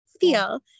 feel